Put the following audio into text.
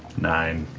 nine.